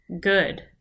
good